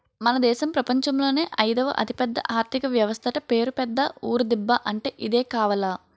మన దేశం ప్రపంచంలోనే అయిదవ అతిపెద్ద ఆర్థిక వ్యవస్థట పేరు పెద్ద ఊరు దిబ్బ అంటే ఇదే కావాల